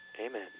Amen